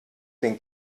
den